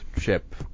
chip